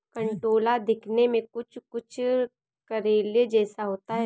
कंटोला दिखने में कुछ कुछ करेले जैसा होता है